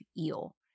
eel